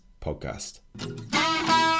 podcast